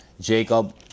Jacob